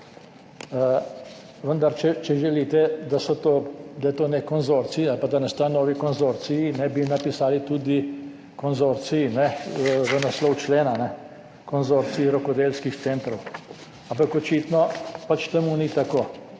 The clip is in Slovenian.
Vendar če želite, da je to nek konzorcij ali pa da na sta novi konzorciji, bi napisali tudi konzorcij v naslov člena, Konzorcij rokodelskih centrov, ampak očitno pač temu ni tako.